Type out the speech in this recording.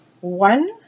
one